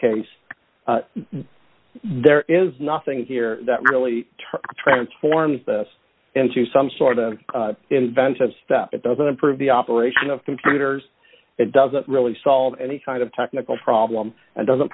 case there is nothing here that really transforms the us into some sort of inventive step it doesn't improve the operation of computers it doesn't really solve any kind of technical problem and doesn't